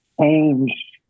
change